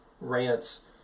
rants